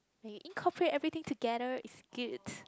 when you incorporate everything together is good